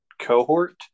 cohort